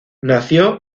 nació